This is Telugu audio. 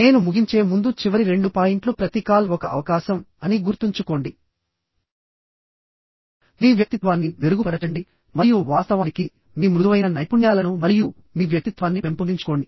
నేను ముగించే ముందు చివరి రెండు పాయింట్లు ప్రతి కాల్ ఒక అవకాశం అని గుర్తుంచుకోండి మీ వ్యక్తిత్వాన్ని మెరుగుపరచండి మరియు వాస్తవానికి మీ మృదువైన నైపుణ్యాలను మరియు మీ వ్యక్తిత్వాన్ని పెంపొందించుకోండి